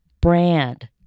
brand